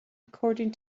according